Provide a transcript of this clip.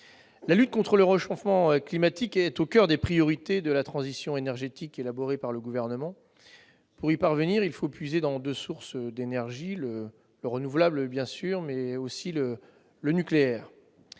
La lutte contre le réchauffement climatique est au coeur des priorités de la transition énergétique élaborée par le Gouvernement. Pour y parvenir, il faut puiser dans deux sources d'énergie : le renouvelable, bien sûr, mais aussi le nucléaire.